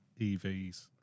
EVs